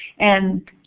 and